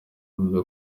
bebe